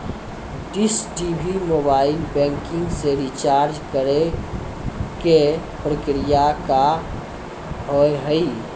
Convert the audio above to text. Dish TV mobile banking से recharge करे के प्रक्रिया का हाव हई?